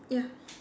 ya